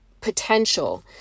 potential